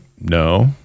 no